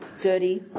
dirty